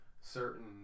certain